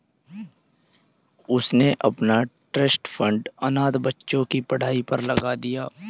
उसने अपना trust fund अनाथ बच्चों की पढ़ाई पर लगा दिया